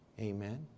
Amen